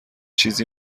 چیزی